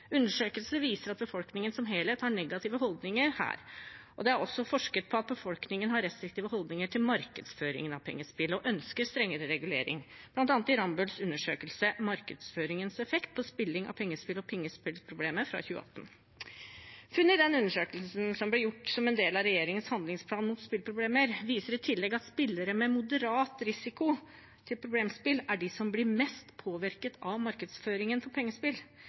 Undersøkelser viser at befolkningen som helhet har negative holdninger her, og det er også forsket på at befolkningen har restriktive holdninger til markedsføringen av pengespill og ønsker strengere regulering, bl.a. i Rambølls undersøkelse «Markedsføringens effekt på spilling av pengespill og pengespillproblemer» fra 2018. Funn i den undersøkelsen, som ble gjort som en del av regjeringens handlingsplan mot spilleproblemer, viser i tillegg at spillere med moderat risiko for problemspill er de som blir mest påvirket av markedsføringen for pengespill.